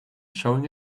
showing